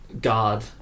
God